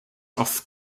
off